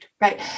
right